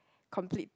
complete